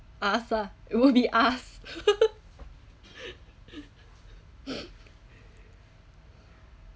us ah it will be us